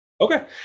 Okay